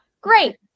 great